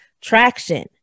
traction